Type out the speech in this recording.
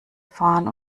fahren